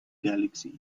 galaxy